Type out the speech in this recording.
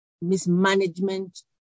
mismanagement